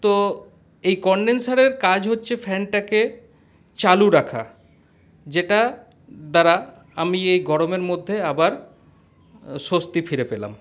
তো এই কনডেনসারের কাজ হচ্ছে ফ্যানটাকে চালু রাখা যেটা দ্বারা আমি এই গরমের মধ্যে আবার স্বস্তি ফিরে পেলাম